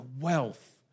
wealth